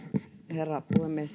herra puhemies